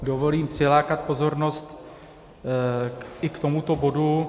Dovolím si přilákat pozornost i k tomuto bodu.